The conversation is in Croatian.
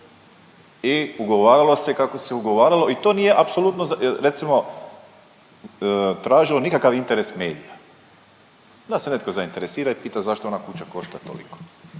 i ugovaralo se kako se ugovaralo i to nije apsolutno .../nerazumljivo/... recimo tražilo nikakav interes medija. Da se netko zainteresira i pita, zašto ona kuća košta toliko.